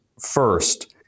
first